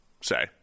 say